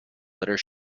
letter